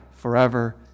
forever